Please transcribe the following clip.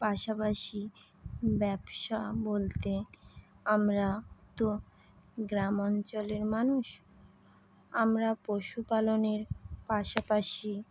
পাশাপাশি ব্যবসা বলতে আমরা তো গ্রাম অঞ্চলের মানুষ আমরা পশুপালনের পাশাপাশি